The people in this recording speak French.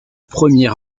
premier